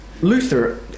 Luther